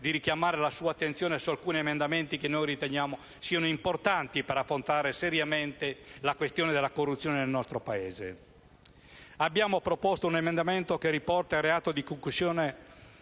di richiamare la sua attenzione su alcuni emendamenti che riteniamo importanti per affrontare seriamente la questione della corruzione nel nostro Paese. Abbiamo proposto l'emendamento 1.300, che riporta il reato di concussione